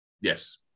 Yes